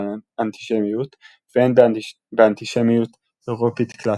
אנטישמיות והן באנטישמיות אירופית "קלאסית".